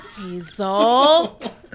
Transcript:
Hazel